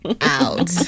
out